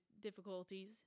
difficulties